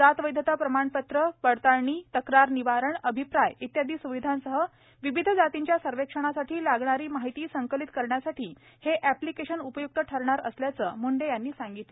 जात वैधता प्रमाणपत्र पडताळणी तक्रार निवारण भिप्राय आदी स्विधांसह विविध जातीच्या सर्वेक्षणासाठी लागणारी माहिती संकलित करण्यासाठीही हे ऍप्लिकेशन उपय्क्त ठरणार स सल्याचे धनंजय मुंडे म्हणाले